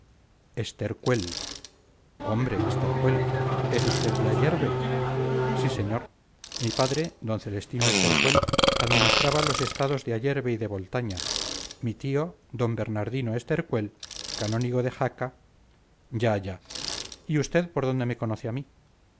hombre estercuel es usted de ayerbe sí señor mi padre d celestino estercuel administraba los estados de ayerbe y de boltaña mi tío d bernardino estercuel canónigo de jaca ya ya y usted por dónde me conoce a mí